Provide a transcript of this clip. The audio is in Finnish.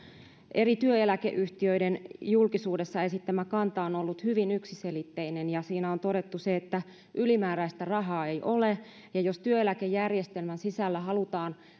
eri työeläkeyhtiöiden julkisuudessa esittämä kanta on ollut hyvin yksiselitteinen ja siinä on todettu että ylimääräistä rahaa ei ole ja jos työeläkejärjestelmän sisällä halutaan